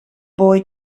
boy